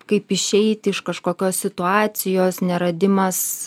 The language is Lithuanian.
kaip išeiti iš kažkokios situacijos neradimas